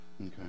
Okay